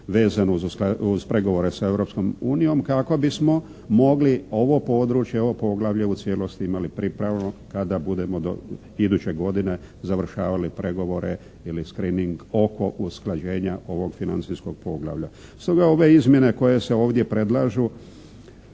vezano uz pregovore sa Europskom unijom kako bismo mogli ovo područje, ovo poglavlje u cijelosti imali pripravno kada budemo iduće godine završavali pregovore ili screening oko usklađenja ovog financijskog poglavlja. Stoga ove izmjene koje se ovdje predlažu